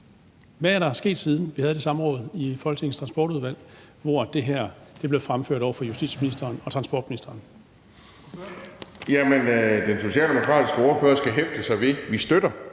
Hvad er der sket, siden vi havde det samråd i Folketingets Transportudvalg, hvor det her blev fremført over for justitsministeren og transportministeren?